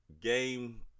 game